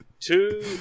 two